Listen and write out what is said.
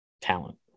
talent